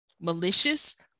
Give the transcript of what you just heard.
malicious